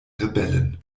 rebellen